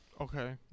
Okay